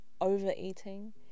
overeating